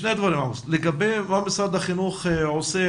לגבי מה משרד החינוך עושה,